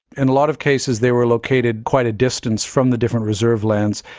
in a lot of cases they were located quite a distance from the different reserve lands.